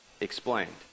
explained